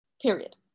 period